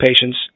patients